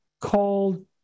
called